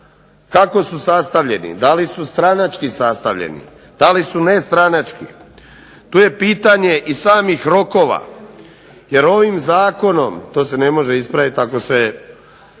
kako su sastavljeni, da li su stranački sastavljeni, da li su nestranački, to je pitanje i samih rokova. Jer ovim zakonom to se ne može ispraviti ako se